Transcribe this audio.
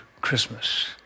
Christmas